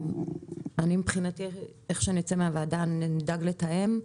מבחינתי, איך שנצא מהוועדה נדאג לתאם,